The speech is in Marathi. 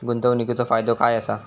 गुंतवणीचो फायदो काय असा?